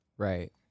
Right